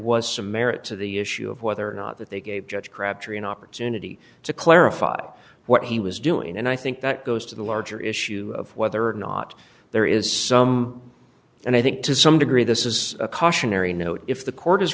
was some merit to the issue of whether or not that they gave judge crabtree an opportunity to clarify what he was doing and i think that goes to the larger issue of whether or not there is some and i think to some degree this is a cautionary note if the court is